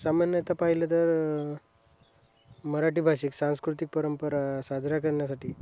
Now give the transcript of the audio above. सामान्यतः पाहिलं तर मराठी भाषिक सांस्कृतिक परंपरा साजरा करण्यासाठी